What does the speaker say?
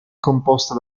composta